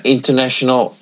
International